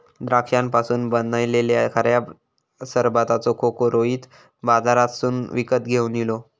द्राक्षांपासून बनयलल्या खऱ्या सरबताचो खोको रोहित बाजारातसून विकत घेवन इलो